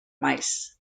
mice